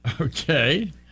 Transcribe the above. Okay